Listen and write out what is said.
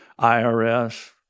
IRS